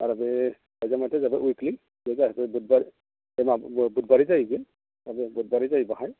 आरो बे खैजामिथिया जाहैबाय उइकलि बे जाहैबाय बुधबार बुधबारै जायो बेयो बुधबारै जायो बाहाय